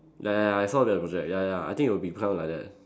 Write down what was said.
ya ya I saw the project ya ya I think it'll be become like that